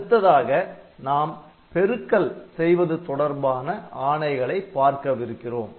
அடுத்ததாக நாம் பெருக்கல் செய்வது தொடர்பான ஆணைகளை பார்க்கவிருக்கிறோம்